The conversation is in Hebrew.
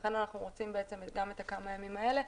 ולכן אנחנו רוצים בעצם גם את כמה הימים האלה,